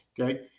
Okay